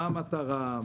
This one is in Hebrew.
מה המטרה,